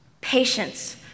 Patience